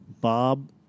Bob